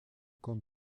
comme